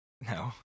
No